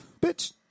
Bitch